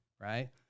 right